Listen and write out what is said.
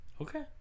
Okay